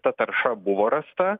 ta tarša buvo rasta